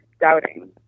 doubting